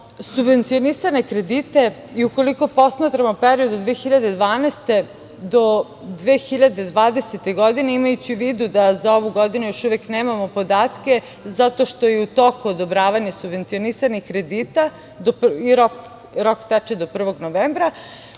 subvencionisane kredite i ukoliko posmatramo period od 2012. do 2020. godine, imajući u vidu da za ovu godinu još uvek nemamo podatke, zato što je u toku odobravanje subvencionisanih kredita, rok teče do 1. novembra,